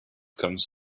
comes